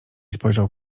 spojrzał